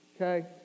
okay